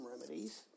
remedies